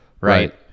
right